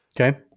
Okay